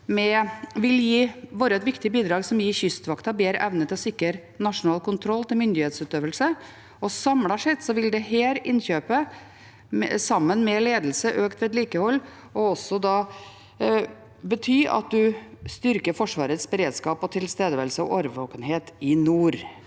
vil være et viktig bidrag som gir Kystvakten bedre evne til å sikre nasjonal kontroll av myndighetsøvelse. Samlet sett vil dette innkjøpet, sammen med ledelse og økt vedlikehold, bety at man styrker Forsvarets beredskap, tilstedeværelse og årvåkenhet i nord.